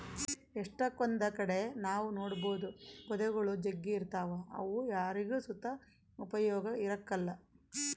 ಎಷ್ಟಕೊಂದ್ ಕಡೆ ನಾವ್ ನೋಡ್ಬೋದು ಪೊದೆಗುಳು ಜಗ್ಗಿ ಇರ್ತಾವ ಅವು ಯಾರಿಗ್ ಸುತ ಉಪಯೋಗ ಇರಕಲ್ಲ